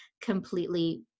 completely